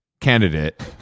candidate